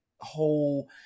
whole